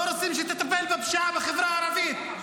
לא רוצים שתטפל בפשיעה בחברה הערבית.